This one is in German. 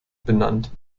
benannt